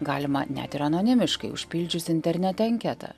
galima net ir anonimiškai užpildžius internete anketą